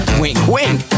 wink-wink